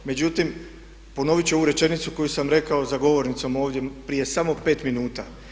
Međutim, ponoviti ću ovu rečenicu koju sam rekao za govornicom ovdje prije samo 5 minuta.